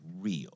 real